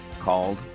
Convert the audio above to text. called